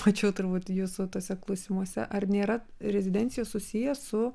mačiau turbūt jūsų tuose klausimuose ar nėra rezidencijos susiję su